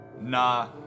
Nah